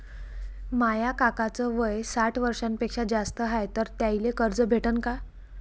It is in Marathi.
माया काकाच वय साठ वर्षांपेक्षा जास्त हाय तर त्याइले कर्ज भेटन का?